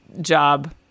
job